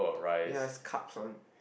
ya it's cups one